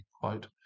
quote